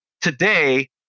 Today